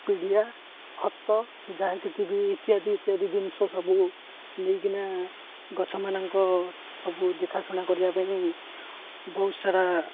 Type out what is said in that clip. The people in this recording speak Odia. ପିଡ଼ିଆ ଖତ ଯାହାକିଛିବି ଇତ୍ୟାଦି ଇତ୍ୟାଦି ଜିନିଷ ସବୁ ନେଇକିନା ଗଛମାନଙ୍କ ସବୁ ଦେଖାଶୁଣା କରିବା ପାଇଁ ବହୁତ ସାରା